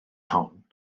hon